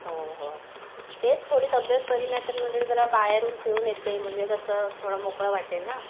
हो हो तेच थोडी तब्येत बरी नाहीतर म्हटलं जरा बाहेरून फिरून येते म्हणजे कसं थोडं मोकळं वाटेल ना